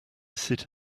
sit